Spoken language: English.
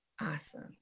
Awesome